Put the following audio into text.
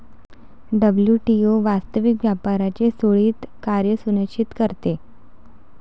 WTO वास्तविक व्यापाराचे सुरळीत कार्य सुनिश्चित करते